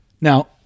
Now